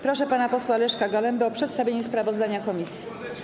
Proszę pana posła Leszka Galembę o przedstawienie sprawozdania komisji.